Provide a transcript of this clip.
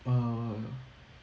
oh